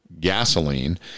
gasoline